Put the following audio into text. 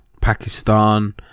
Pakistan